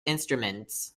instruments